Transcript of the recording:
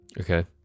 Okay